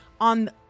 On